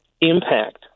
impact